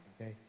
okay